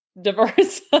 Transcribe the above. diverse